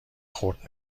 خورد